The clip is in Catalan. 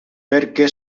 perquè